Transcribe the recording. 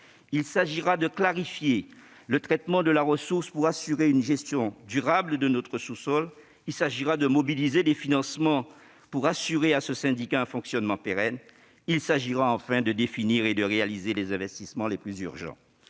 Il s'agira de clarifier le traitement de la ressource pour assurer une gestion durable de notre sous-sol, de mobiliser des financements pour assurer à ce syndicat un fonctionnement pérenne et, enfin, de définir et de réaliser les investissements les plus urgents.